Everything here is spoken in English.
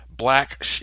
Black